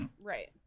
right